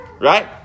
Right